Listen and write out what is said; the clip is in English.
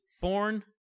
born